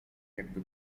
jakby